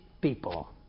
people